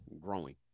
growing